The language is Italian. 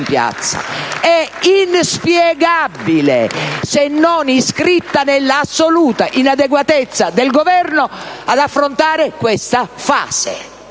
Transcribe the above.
È inspiegabile, se non iscritta nell'assoluta inadeguatezza del Governo ad affrontare questa fase.